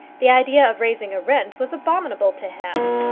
the idea of raising a rent was abominable to him.